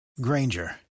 Granger